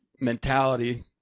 mentality